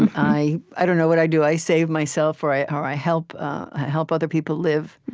and i i don't know what i do. i save myself, or i or i help help other people live.